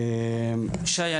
שי,